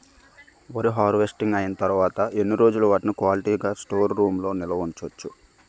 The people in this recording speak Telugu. వరి హార్వెస్టింగ్ అయినా తరువత ఎన్ని రోజులు వాటిని క్వాలిటీ గ స్టోర్ రూమ్ లొ నిల్వ ఉంచ వచ్చు?